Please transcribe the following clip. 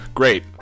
great